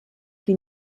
die